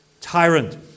tyrant